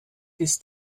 ist